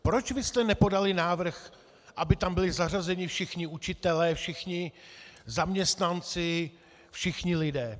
Proč vy jste nepodali návrh, aby tam byli zařazeni všichni učitelé, všichni zaměstnanci, všichni lidé?